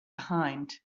behind